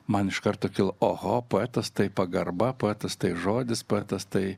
man iš karto kilo oho poetas tai pagarba poetas tai žodis poetas tai